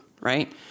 right